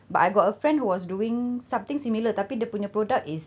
but I got a friend who was doing something similar tapi dia punya product is